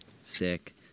Sick